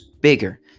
bigger